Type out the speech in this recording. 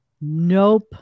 Nope